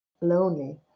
lonely